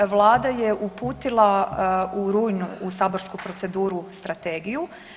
Vlada je uputila u rujnu u saborsku proceduru strategiju.